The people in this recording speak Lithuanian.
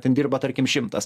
ten dirba tarkim šimtas